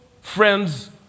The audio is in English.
friends